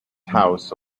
house